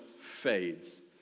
fades